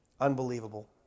Unbelievable